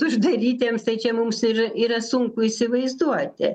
uždarytiems tai čia mums ir yra sunku įsivaizduoti